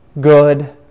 good